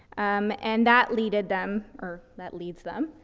um, and that leaded them, or that leads them,